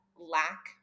lack